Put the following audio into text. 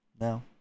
No